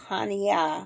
Hania